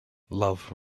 love